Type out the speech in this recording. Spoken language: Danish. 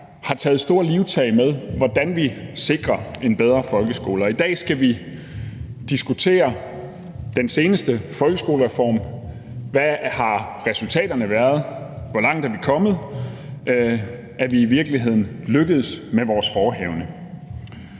har taget store livtag med, hvordan vi sikrer en bedre folkeskole. I dag skal vi diskutere den seneste folkeskolereform. Hvad har resultatet været? Hvor langt er vi kommet? Er vi i virkeligheden lykkedes med vores forehavende?